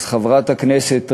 אז, חברת הכנסת רגב,